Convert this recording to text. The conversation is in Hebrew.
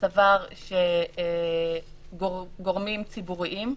סבר שגורמים ציבוריים,